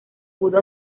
pudo